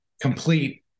complete